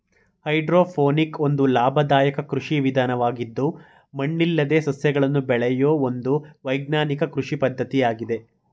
hydroponic ಒಂದು ಲಾಭದಾಯಕ ಕೃಷಿ ವಿಧಾನವಾಗಿದ್ದು ಮಣ್ಣಿಲ್ಲದೆ ಸಸ್ಯಗಳನ್ನು ಬೆಳೆಯೂ ಒಂದು ವೈಜ್ಞಾನಿಕ ಕೃಷಿ ಪದ್ಧತಿಯಾಗಿದೆ